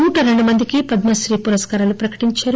నూట రెండు మందికి పద్మశ్రీ పురస్కారాలు ప్రకటించారు